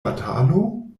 batalo